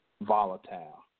volatile